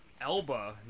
Elba